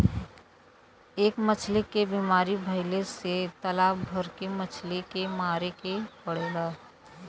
एक मछली के बीमारी भइले से तालाब भर के मछली के मारे के पड़ेला